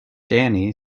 dani